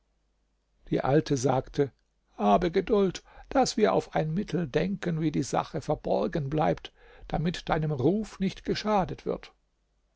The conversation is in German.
die alte sagte habe geduld daß wir auf ein mittel denken wie die sache verborgen bleibt damit deinem ruf nicht geschadet wird